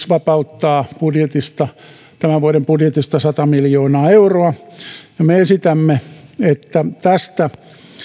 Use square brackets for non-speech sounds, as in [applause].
[unintelligible] vapauttaa tämän vuoden budjetista sata miljoonaa euroa ja me esitämme että tästä